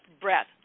breath